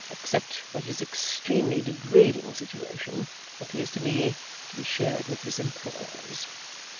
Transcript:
except that his extremely degrading situation appears to me to be shared with his employers.